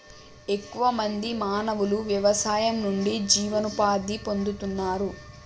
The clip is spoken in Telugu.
ఎక్కువ మంది మానవులు వ్యవసాయం నుండి జీవనోపాధి పొందుతున్నారు